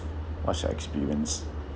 what's your experience